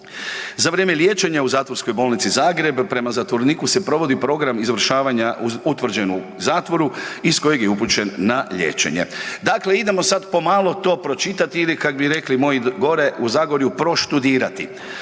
Za vrijeme liječenja u zatvorskoj bolnici Zagreb prema zatvoreniku se provodi program izvršavanja utvrđen u zatvoru iz kojeg je upućen na liječenje“. Dakle, idemo sad pomalo to pročitati il kak bi rekli moji gore u Zagorju „proštudirati“.